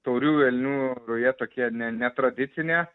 tauriųjų elnių ruja tokie ne netradicinė